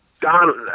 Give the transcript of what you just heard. Donald